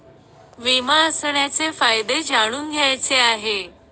विमा असण्याचे फायदे जाणून घ्यायचे आहे